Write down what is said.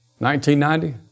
1990